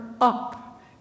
up